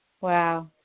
Wow